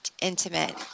intimate